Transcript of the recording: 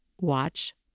watch